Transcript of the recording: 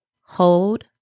Hold